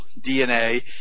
DNA